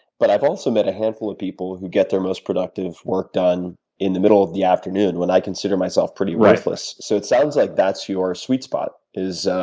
but i've also met a hand full of people who get their most productive work done in the middle of the afternoon when i consider myself pretty worthless so it sounds like that's your sweet spot is